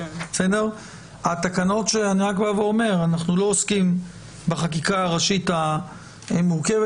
אני אומר שאנחנו לא עוסקים בחקיקה הראשית המורכבת,